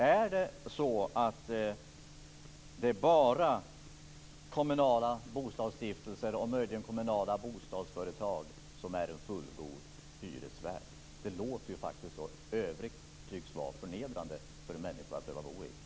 Är det bara kommunala bostadsstiftelser och möjligen kommunala bostadsföretag som är fullgoda hyresvärdar? Det låter faktiskt så. Övrigt tycks det vara förnedrande för en människa att behöva bo i.